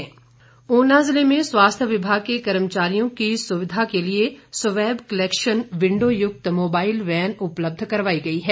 mobile van Una जिले में स्वास्थ्य विभाग के कर्मचारियों की सुविधा के लिए स्वैब कलेक्शन विंडो युक्त मोबाईल वैन उपलब्ध करवाई गई है